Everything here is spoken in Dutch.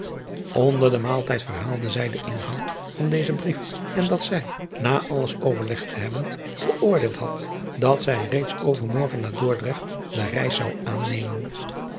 onder den maaltijd verhaalde zij den inhoud van dezen brief en dat zij na alles overlegd te hebben geoordeeld had dat zij reeds overmorgen naar dordrecht de reis zou aannemen